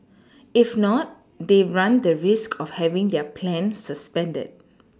if not they run the risk of having their plan suspended